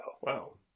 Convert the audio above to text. Wow